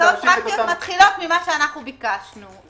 הצעות פרקטיות מתחילות ממה שאנחנו ביקשנו.